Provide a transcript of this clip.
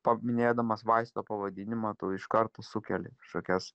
paminėdamas vaisto pavadinimą tu iš karto sukeli kažkokias